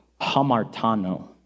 hamartano